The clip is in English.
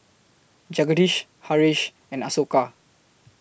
Jagadish Haresh and Ashoka